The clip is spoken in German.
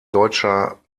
deutscher